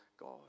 God